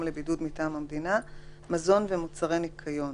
לבידוד מטעם המדינה מזון ומוצרי ניקיון.